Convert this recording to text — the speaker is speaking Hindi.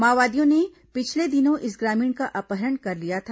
माओवादियों ने पिछले दिनों इस ग्रामीण का अपहरण कर लिया था